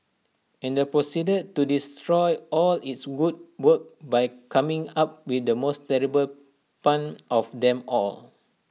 and proceeded to destroy all its good work by coming up with the most terrible pun of them all